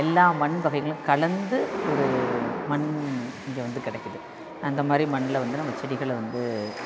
எல்லா மண் வகைகளும் கலந்து ஒரு மண் இங்கே வந்து கிடைக்குது அந்த மாதிரி மண்ணில் வந்து நம்ம செடிகளை வந்து